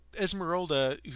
Esmeralda